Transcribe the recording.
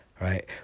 right